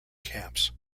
camps